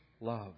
love